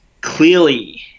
clearly